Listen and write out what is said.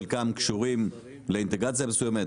חלקם קשורים לאינטגרציה מסוימת,